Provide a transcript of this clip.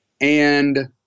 And-